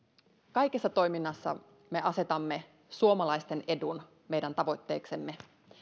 kaikessa toiminnassa me asetamme suomalaisten edun meidän tavoitteeksemme